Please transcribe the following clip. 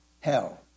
hell